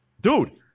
dude